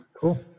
Cool